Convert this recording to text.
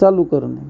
चालू करणे